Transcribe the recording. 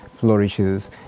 flourishes